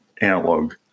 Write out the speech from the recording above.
analog